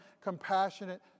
compassionate